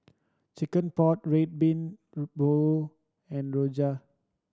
chicken pot Red Bean Bao and rojak